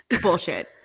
bullshit